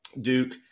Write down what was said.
Duke